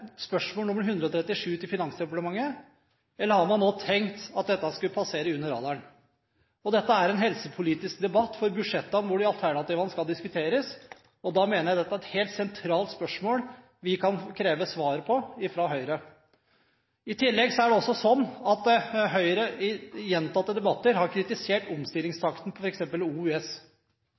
spørsmål nr. 137 til Finansdepartementet, eller har man nå tenkt at dette skulle passere under radaren? Dette er en helsepolitisk debatt for budsjettet hvor disse alternativene skal diskuteres, og da mener jeg at dette er et helt sentralt spørsmål vi kan kreve svar på fra Høyre. I tillegg er det også sånn at Høyre i gjentatte debatter har kritisert omstillingstakten ved f.eks. Oslo universitetssykehus, OUS.